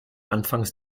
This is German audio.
anfangs